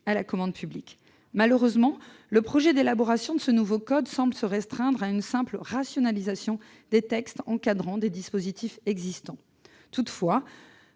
à la commande publique. Malheureusement, le projet d'élaboration de ce nouveau code semble se restreindre à une simple rationalisation des textes encadrant des dispositifs existants. Pour